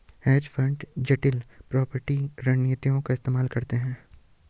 hedge fund जटिल proprietary रणनीतियों का इस्तेमाल करते हैं